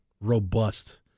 robust